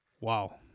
Wow